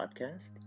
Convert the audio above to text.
Podcast